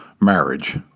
Marriage